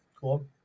cool